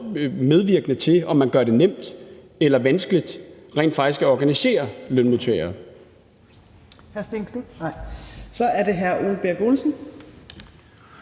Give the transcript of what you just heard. medvirkende til, om man gør det nemt eller vanskeligt rent faktisk at organisere lønmodtagere. Kl. 16:25 Fjerde